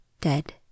dead